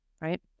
Right